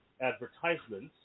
advertisements